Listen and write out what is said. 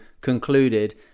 concluded